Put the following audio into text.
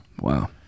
Wow